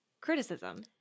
criticism